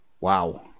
Wow